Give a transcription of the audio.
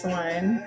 one